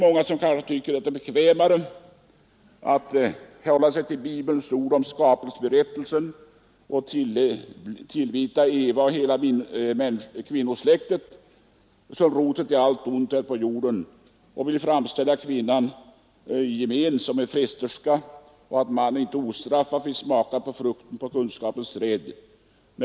Många kanske tycker att det är bekvämare att hålla sig till Bibelns ord om skapelseberättelsen och anse Eva och hela kvinnosläktet såsom roten till allt ont här på jorden. De vill framställa kvinnan i gemen som en fresterska, och de påstår att mannen inte ostraffat fick smaka på frukten från kunskapens träd. Fru talman!